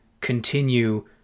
continue